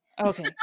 okay